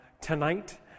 tonight